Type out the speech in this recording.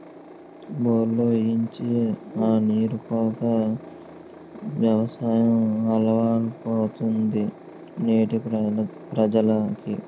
బోర్లు ఏయించి ఆ నీరు తో యవసాయం అలవాటైపోయింది నేటి ప్రజలకి